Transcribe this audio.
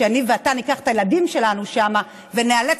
שאני ואתה ניקח את הילדים שלנו שמה וניאלץ